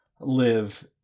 live